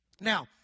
now